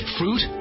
fruit